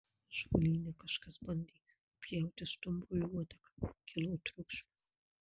ąžuolyne kažkas bandė nupjauti stumbrui uodegą kilo triukšmas